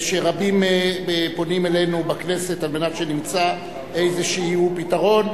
שרבים פונים אלינו בכנסת על מנת שנמצא איזה פתרון.